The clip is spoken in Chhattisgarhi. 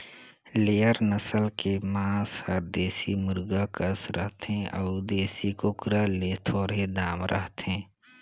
लेयर नसल के मांस हर देसी मुरगा कस रथे अउ देसी कुकरा ले थोरहें दाम रहथे